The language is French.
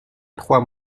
trois